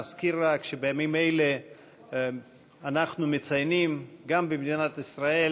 נזכיר רק שבימים אלה אנחנו מציינים גם במדינת ישראל,